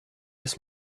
this